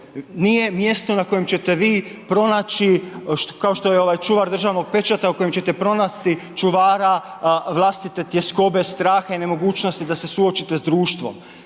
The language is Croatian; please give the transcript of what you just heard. nije mjesto na kojem ćete vi pronaći, kao što je ovaj čuvar državnog pečata, u kojem ćete pronaći čuvara vlastite tjeskobe, straha i nemogućnosti da se suočite s društvom,